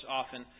often